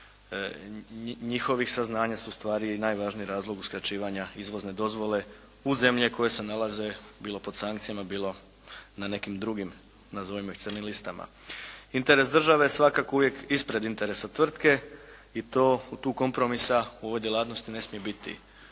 njihovih saznanja su ustvari i najvažniji razlog uskraćivanja izvozne robe u zemlje koje se nalaze bilo pod sankcijama, bilo na nekim drugim nazovimo ih crnim listama. Interes države svakako je uvijek ispred interesa tvrtke i to u tu kompromisa u ovoj djelatnosti ne smije biti.